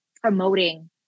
promoting